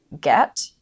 get